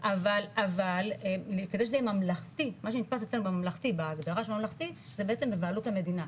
אבל כדי שזה יהיה ממלכתי בהגדרה של הממלכתי זה בעצם בבעלות המדינה,